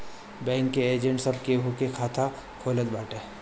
bank के agent सब केहू के खाता खोलत बाटे